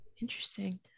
Interesting